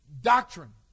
doctrine